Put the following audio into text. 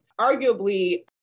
arguably